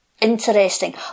interesting